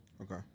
Okay